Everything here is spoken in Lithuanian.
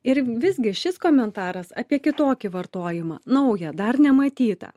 ir visgi šis komentaras apie kitokį vartojimą naują dar nematytą